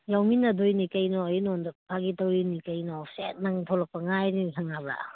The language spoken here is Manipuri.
ꯌꯥꯎꯃꯤꯟꯅꯗꯣꯏꯅꯤ ꯀꯩꯅꯣ ꯑꯩ ꯅꯪꯉꯣꯟꯗ ꯐꯥꯒꯤ ꯇꯧꯔꯤꯅꯤ ꯀꯩꯅꯣ ꯁꯦꯠ ꯅꯪ ꯊꯣꯂꯛꯄ ꯉꯥꯏꯔꯤꯅꯤ ꯈꯪꯉꯕ꯭ꯔꯥ